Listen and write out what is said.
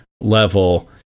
level